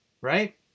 right